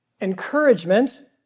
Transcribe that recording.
encouragement